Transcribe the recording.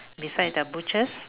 beside the butchers